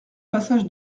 passage